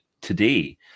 today